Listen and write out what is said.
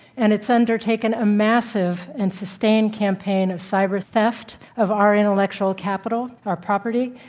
and it's undertaken a massive and sustained campaign of cybertheft of our intellectual capital, our property,